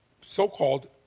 so-called